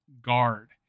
guard